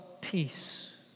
peace